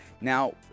Now